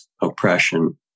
oppression